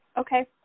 Okay